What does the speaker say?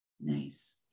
Nice